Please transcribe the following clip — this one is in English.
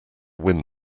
win